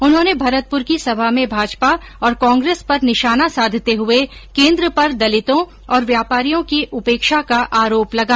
उन्होंने भरतपुर की सभा में भाजपा और कांग्रेस पर निशाना सांधते हुए केन्द्र पर दलितों और व्यापारियों की उपेक्षा का आरोप लगाया